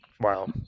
wow